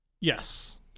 Yes